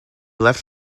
left